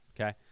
okay